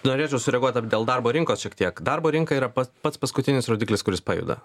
norėčiau sureaguot dar dėl darbo rinkos šiek tiek darbo rinka yra pats paskutinis rodiklis kuris pajuda